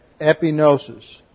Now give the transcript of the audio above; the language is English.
Epinosis